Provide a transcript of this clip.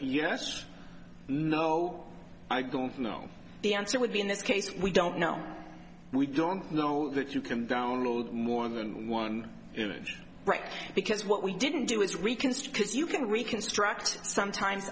or no i don't know the answer would be in this case we don't know we don't know that you can download more than one image right because what we didn't do is reconstruct his you can reconstruct sometimes